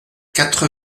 quatre